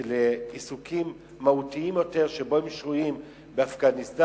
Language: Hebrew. לעיסוקים מהותיים יותר שבהם הם שרויים באפגניסטן,